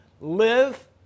Live